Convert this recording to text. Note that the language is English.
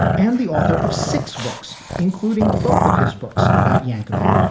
and the author of six books, including both of his books about yankovic,